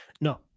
No